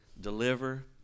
deliver